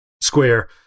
square